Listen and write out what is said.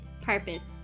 purpose